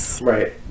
Right